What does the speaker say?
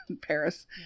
Paris